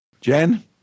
Jen